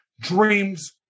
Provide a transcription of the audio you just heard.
dreams